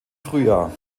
frühjahr